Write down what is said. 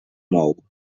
mou